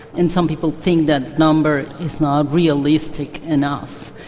and some people think that number is not realistic enough.